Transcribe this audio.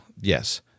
yes